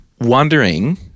wondering